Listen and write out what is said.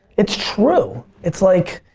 it's true. it's like